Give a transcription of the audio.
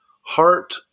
heart